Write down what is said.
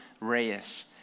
Reyes